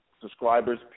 subscribers